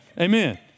Amen